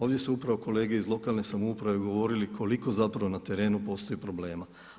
Ovdje su upravo kolege iz lokalne samouprave govorili koliko na terenu postoji problema.